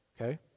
Okay